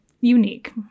unique